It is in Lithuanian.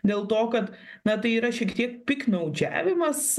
dėl to kad na tai yra šiek tiek piktnaudžiavimas